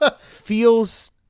feels